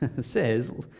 says